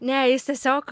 ne jis tiesiog